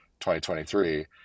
2023